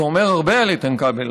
זה אומר הרבה על איתן כבל,